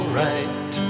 right